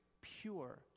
pure